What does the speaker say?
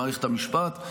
במערכת המשפט.